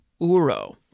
Uro